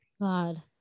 God